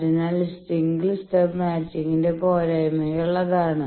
അതിനാൽ single stub മാച്ചിംഗിന്റെ പോരായ്മകൾ അതാണ്